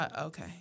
Okay